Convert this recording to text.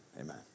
Amen